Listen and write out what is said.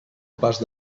pas